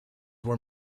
were